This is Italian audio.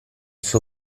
suo